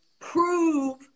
prove